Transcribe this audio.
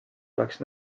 oleks